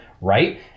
right